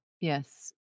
Yes